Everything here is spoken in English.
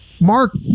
Mark